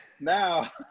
now